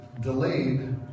delayed